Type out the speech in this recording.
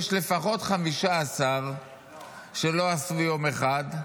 יש לפחות 15 שלא עשו יום אחד,